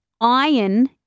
iron